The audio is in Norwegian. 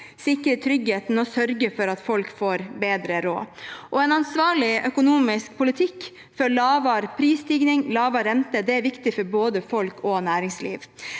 sikre tryggheten og sørge for at folk får bedre råd. En ansvarlig økonomisk politikk for lavere prisstigning og lavere rente er viktig for både folk og næringsliv.